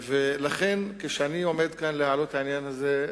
לכן כשאני עומד להעלות כאן את העניין הזה,